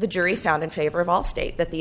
the jury found in favor of allstate that the